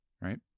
right